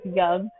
young